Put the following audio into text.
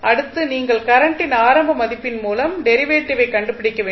அடுத்து நீங்கள் கரண்டின் ஆரம்ப மதிப்பின் முதல் டெரிவேட்டிவை கண்டுபிடிக்க வேண்டும்